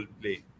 play